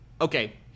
Okay